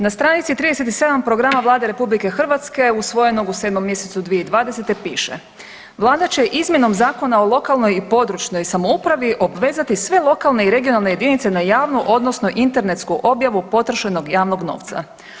Na stranici 37. programa Vlade RH usvojenog u 7. mjesecu 2020. piše „Vlada će izmjenom Zakona o lokalnoj i područnoj samoupravi obvezati sve lokalne i regionalne jedinice na javnu odnosno internetsku objavu potrošenog javnog novca.